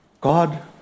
God